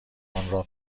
آنرا